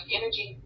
energy